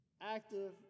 active